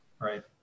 right